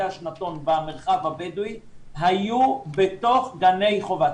השנתון במרחב הבדואי היו בתוך גני חובה.